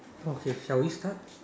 okay shall we start